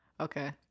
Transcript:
Okay